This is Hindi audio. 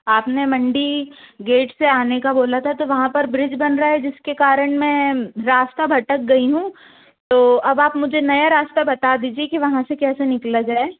आपने मंडी गेट से आने का बोल था तो वहाँ पर ब्रिज बन रहा है जिसके कारण मैम रास्ता भटक गई हूँ तो अब आप मुझे नया रास्ता बता दीजिए कि वहाँ से कैसे निकला जाए